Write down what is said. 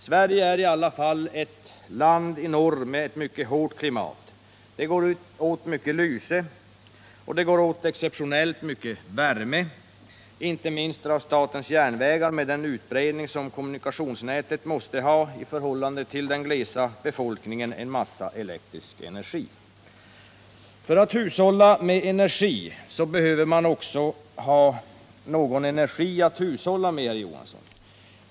Sverige är dock ett land i norr med ett mycket hårt klimat. Det går åt mycket lyse. Och det går åt exceptionellt mycket värme. Inte minst förbrukar statens järnvägar, med den utbredning som kommunikationsnätet måste ha i förhållande till den glesa befolkningen, mycket elektrisk energi. För att hushålla med energi behöver man också ha någon energi att hushålla med, herr Johansson.